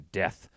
death